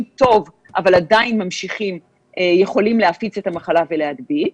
טוב אבל עדיין יכולים להפיץ את המחלה ולהדביק.